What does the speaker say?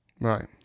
Right